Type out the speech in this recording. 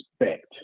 respect